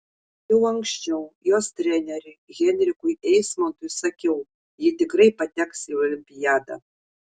jau anksčiau jos treneriui henrikui eismontui sakiau ji tikrai pateks į olimpiadą